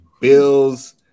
Bills